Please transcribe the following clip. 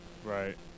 right